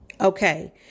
Okay